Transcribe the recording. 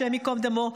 השם ייקום דמו,